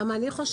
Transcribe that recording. כמה אני חושבת?